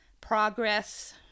progress